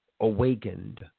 awakened